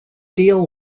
deal